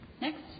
Next